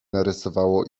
narysowało